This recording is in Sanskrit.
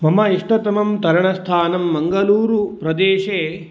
मम इष्टतमं तरणस्थानं मङ्गलूरुप्रदेशे